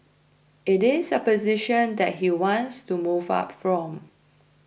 it is a position that he wants to move up from